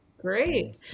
Great